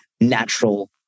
natural